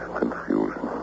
confusion